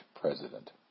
president